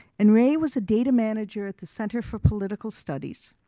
and ray was a data manager at the center for political studies.